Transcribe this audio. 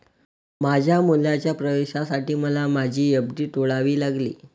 माझ्या मुलाच्या प्रवेशासाठी मला माझी एफ.डी तोडावी लागली